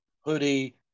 hoodie